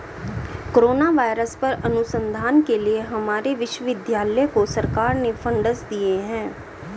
corona virus पर अनुसंधान के लिए हमारे विश्वविद्यालय को सरकार ने फंडस दिए हैं